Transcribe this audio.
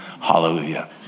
hallelujah